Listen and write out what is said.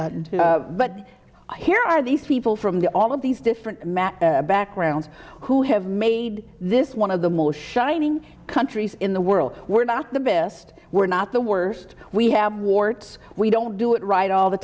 r but here are these people from the all of these different backgrounds who have made this one of the most shining countries in the world we're not the best we're not the worst we have warts we don't do it right all the